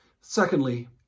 Secondly